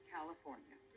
California